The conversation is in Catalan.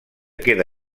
queda